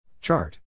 Chart